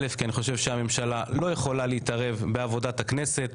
כי אני חושב שהממשלה לא יכולה להתערב בעבודת הכנסת,